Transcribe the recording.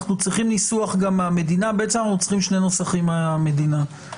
אנחנו צריכים שני נוסחים מהממשלה.